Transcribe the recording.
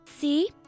See